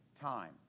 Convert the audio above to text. time